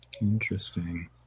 Interesting